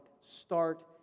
Start